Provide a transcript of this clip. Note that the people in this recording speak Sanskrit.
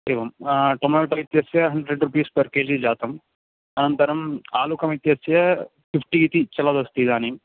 एवं टोमेटो इत्यस्य हण्ड्रेड् रुपीस् पर् केजि जातं अनन्तरम् आलुकमित्यस्य फ़िफ़्टि इति चलदस्ति इदानीम्